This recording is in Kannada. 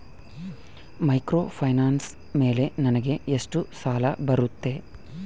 ಮೈಕ್ರೋಫೈನಾನ್ಸ್ ಮೇಲೆ ನನಗೆ ಎಷ್ಟು ಸಾಲ ಬರುತ್ತೆ?